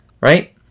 Right